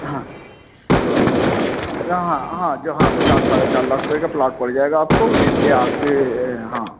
हाँ आ हाँ जो हाँ चार साढ़े चार लाख रुपये का प्लॉट पड़ जाएगा आपको या फिर हाँ